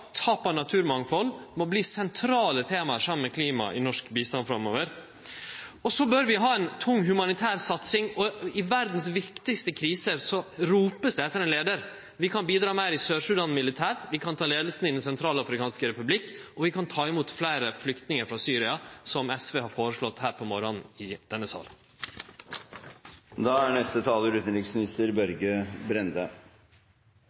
naturmangfald, må verte sentrale tema, saman med klima, i norsk bistand framover. Vi bør òg ha ei tung humanitær satsing. I dei viktigaste krisane i verda vert det ropt etter ein leiar. Vi kan bidra meir militært i Sør-Sudan, vi kan ta leiinga i Den sentralafrikanske republikken, og vi kan ta mot fleire flyktningar frå Syria, slik SV har foreslått her om morgonen i denne